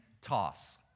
toss